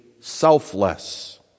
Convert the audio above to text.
selfless